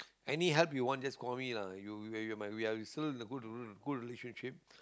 any help you want just call me lah you you have my we still have good good relationship